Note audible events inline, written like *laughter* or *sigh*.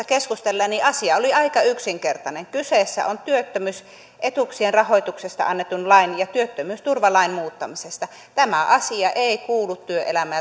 *unintelligible* keskustellen asia oli aika yksinkertainen kyse on työttömyysetuuksien rahoituksesta annetun lain ja työttömyysturvalain muuttamisesta tämä asia ei kuulu työelämä *unintelligible*